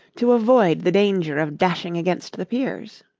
to avoid the danger of dashing against the piers.